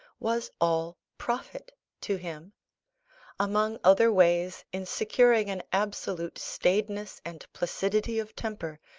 was all profit to him among other ways, in securing an absolute staidness and placidity of temper,